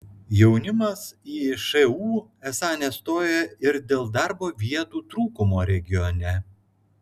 jaunimas į šu esą nestoja ir dėl darbo vietų trūkumo regione